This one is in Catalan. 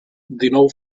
dinou